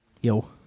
Yo